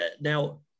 now